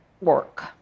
work